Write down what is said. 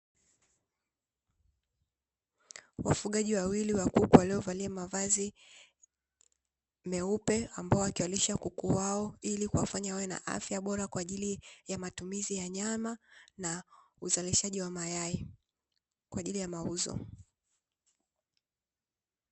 Wafugaji wawili wa kuku waliovalia mavazi meupe ambao wakiwalisha kuku wao ili kuwafanya wawe na afya bora kwa ajili ya matumizi ya nyama na uzalishaji wa mayai kwa ajili ya mauzo.